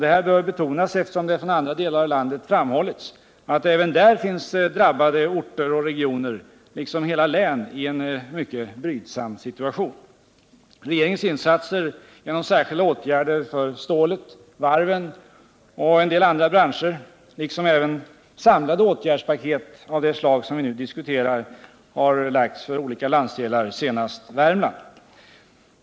Detta bör betonas, eftersom det från andra delar av landet framhållits att det även där finns drabbade orter och kommuner, liksom hela län, i en mycket brydsam situation. Regeringens insatser genom särskilda åtgärder för stålet, varven och en del andra branscher liksom även samlade åtgärdspaket av det slag som vi nu diskuterar har gällt olika landsdelar, senast Värmland.